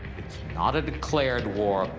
not a declared war.